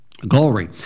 glory